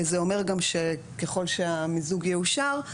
זה אומר גם שככל שהמיזוג יאושר,